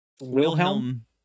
Wilhelm